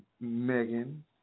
Megan